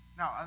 now